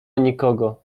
nikogo